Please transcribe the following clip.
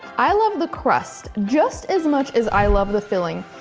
i love the crust just as much as i love the filling.